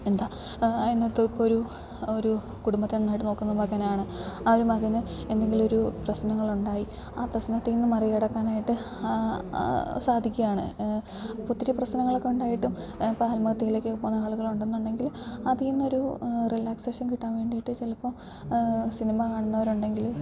എന്താ അതിനകത്ത് ഇപ്പോഴൊരു ഒരു കുടുംബത്തെ നന്നായിട്ട് നോക്കുന്ന മകനാണ് ആ ഒരു മകൻ എന്തെങ്കിലൊരു പ്രശ്നങ്ങളുണ്ടായി ആ പ്രശ്നത്തിൽ നിന്നു മറികടക്കാനായിട്ട് സാധിക്കുകയാണ് ഒത്തിരി പ്രശ്നങ്ങളൊക്കെ ഉണ്ടായിട്ടും പ്പ ഹാൽമാത്തയിലേക്ക് ഇപ്പോൾ ആളുകൾ ഉണ്ടെന്നുണ്ടെങ്കിൽ അതിൽ നിന്നൊരു റിലാക്സേഷൻ കിട്ടാൻ വേണ്ടിയിട്ട് ചിലപ്പോൾ സിനിമ കാണുന്നവരുണ്ടെങ്കിൽ